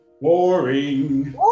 Boring